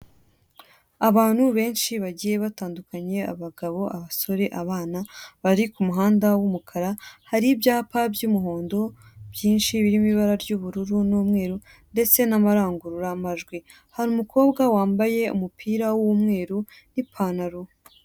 Abantu benshi bagiye batandukanye; abagabo, abasore, abana. Bari ku muhanda w'umukara. Hari ibyapa by'umuhondo byinshi birimo ibara ry'ubururu n'umweru, ndetse n'amarangururamajwi. Hari umukobwa wambaye umupira w'umweru n'ipantaro.